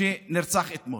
שנרצח אתמול.